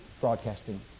broadcasting